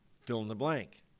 fill-in-the-blank